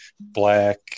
black